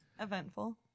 Eventful